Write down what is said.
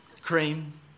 cream